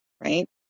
right